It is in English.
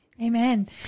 Amen